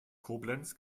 koblenz